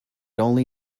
only